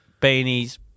Beanies